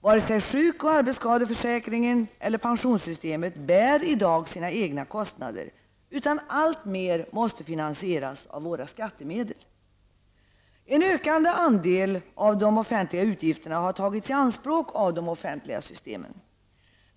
Vare sig sjuk och arbetsskadeförsäkringen eller pensionssystemet bär i dag sina egna kostnader, utan alltmer måste finansieras av våra skattemedel. En ökande andel av de offentliga utgifterna har tagits i anspråk av de offentliga systemen.